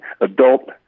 adult